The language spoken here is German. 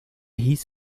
hieß